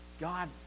God